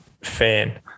fan